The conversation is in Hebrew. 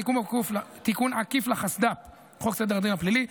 תיקון עקיף לחוק סדר הדין הפלילי,